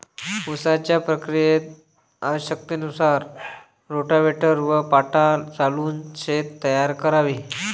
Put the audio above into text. उसाच्या प्रक्रियेत आवश्यकतेनुसार रोटाव्हेटर व पाटा चालवून शेत तयार करावे